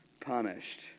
punished